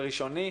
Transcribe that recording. באופן ראשוני,